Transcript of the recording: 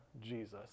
Jesus